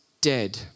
dead